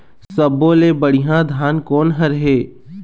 सब्बो ले बढ़िया धान कोन हर हे?